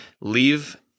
Leave